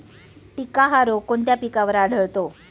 टिक्का हा रोग कोणत्या पिकावर आढळतो?